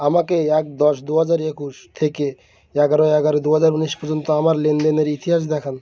আমাকে এক দশ দু হাজার একুশ থেকে এগারো এগারো দু হাজার ঊনিশ পর্যন্ত আমার লেনদেনের ইতিহাস দেখান